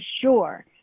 sure